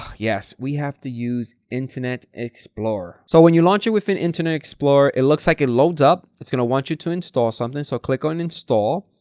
yes, we have to use internet explorer. so when you launch it within internet explorer, it looks like it loads up. it's going to want you to install something so i'll click on install.